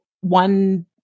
one